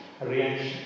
reaction